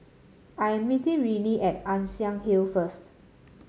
I am meeting Renee at Ann Siang Hill first